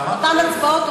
אותן הצבעות,